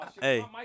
Hey